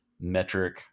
metric